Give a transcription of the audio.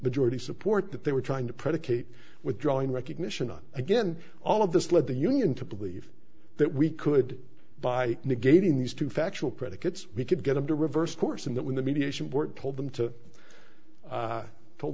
majority support that they were trying to predicate withdrawing recognition on again all of this led the union to believe that we could by negating these two factual predicates we could get them to reverse course and that when the mediation board told them to told